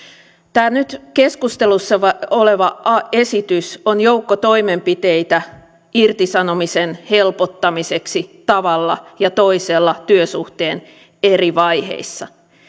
tämä nyt keskustelussa oleva esitys on joukko toimenpiteitä irtisanomisen helpottamiseksi tavalla ja toisella työsuhteen eri vaiheissa